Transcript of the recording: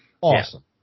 Awesome